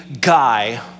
guy